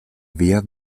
vías